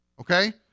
okay